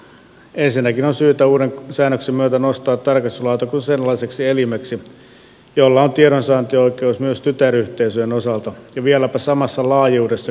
ensinnäkin on syytä uuden säännöksen myötä nostaa tarkastuslautakunta sellaiseksi elimeksi jolla on tiedonsaantioikeus myös tytäryhteisöjen osalta ja vieläpä samassa laajuudessa kuin kunnanhallituksella